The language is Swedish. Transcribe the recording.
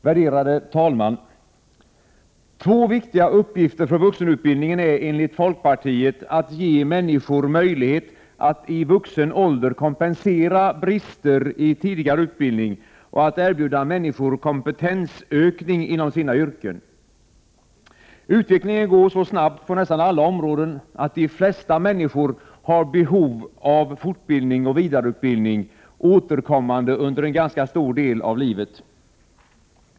Värderade talman! Två viktiga uppgifter för vuxenutbildningen är enligt folkpartiet att ge människor möjlighet att i vuxen ålder kompensera brister i tidigare utbildning och att erbjuda människor en kompetensökning inom sina yrken. Utvecklingen går så snabbt på nästan alla områden att de flesta människor har behov av fortbildning och vidareutbildning — behov som återkommer under en ganska stor del av livet.